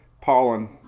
pollen